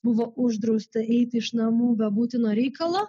buvo uždrausta eiti iš namų be būtino reikalo